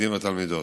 התלמידים והתלמידות.